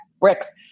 bricks